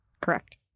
correct